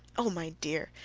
oh, my dear!